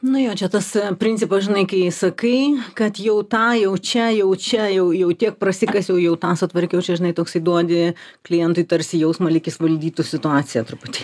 nu jo čia tas principas žinai kai sakai kad jau tą jau čia jau čia jau jau tiek prasikasiau jau tą sutvarkiau čia žinai toksai duodi klientui tarsi jausmo lyg jis valdytų situaciją truputį